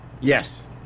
Yes